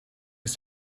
ist